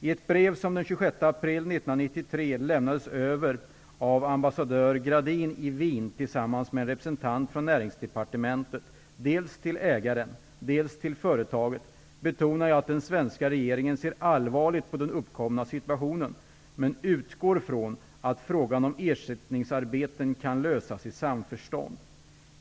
I ett brev som den 26 april 1993 lämnades över av ambassadör Gradin i Wien tillsammans med en representant för Näringsdepartementet dels till ägaren, dels till företaget betonar jag att den svenska regeringen ser allvarligt på den uppkomna situationen, men utgår från att frågan om ersättningsarbeten kan lösas i samförstånd.